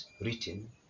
written